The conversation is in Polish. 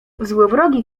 złowrogi